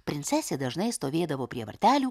princesė dažnai stovėdavo prie vartelių